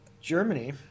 Germany